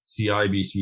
CIBC